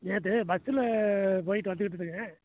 நேற்று பஸ்ஸில் போய்விட்டு வந்துகிட்ருந்தேங்க